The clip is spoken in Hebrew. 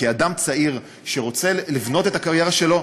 כי אדם צעיר שרוצה לבנות את הקריירה שלו,